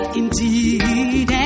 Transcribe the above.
indeed